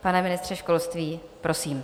Pane ministře školství, prosím.